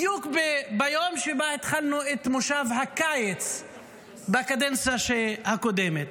בדיוק ביום שבו התחלנו את מושב הקיץ בקדנציה הקודמת.